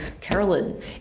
Carolyn